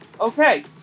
Okay